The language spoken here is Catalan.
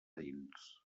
dins